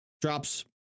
drops